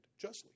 justly